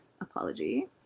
apology